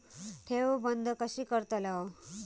ठेव बंद कशी करतलव?